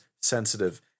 sensitive